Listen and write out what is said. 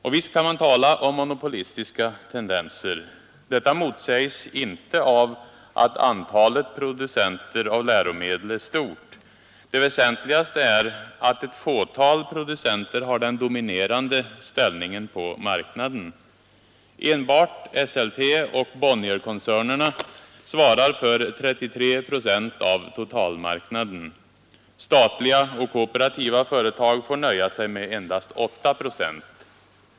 Visst kan man tala om monopolistiska tendenser. Detta motsäges inte av att antalet producenter av läromedel är stort. Det väsentligaste är att ett fåtal producenter har en dominerande ställning på marknaden. Enbart Esselteoch Bonnierkoncernerna svarar för 33 procent av totalmarknaden. Statliga och kooperativa företag får nöja sig med endast 8 procent.